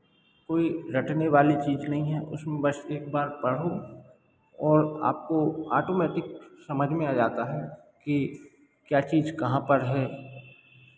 कोई रटने वाली चीज़ नहीं है उसमें बस एक बार पढ़ो और आपको ऑटोमैटिक समझ में आ जाता है कि क्या चीज़ कहाँ पर है